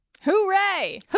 Hooray